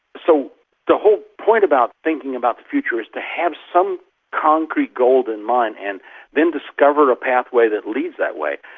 so the whole point about thinking about the future is to have some concrete goal in mind and then discover a pathway that leads that way,